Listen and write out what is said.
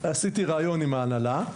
עשיתי ראיון עם ההנהלה,